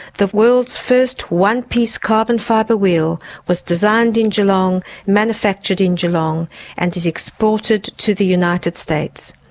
the world's first one-piece carbon fibre wheel was designed in geelong, manufactured in geelong and is exported to the united states.